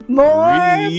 more